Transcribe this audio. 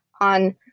On